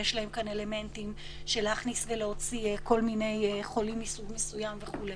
יש להם כאן אלמנטים של הכנסת חולים מסוג מסוים הוצאתם וכו'.